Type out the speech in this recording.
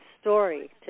story